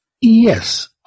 Yes